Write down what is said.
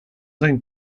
gain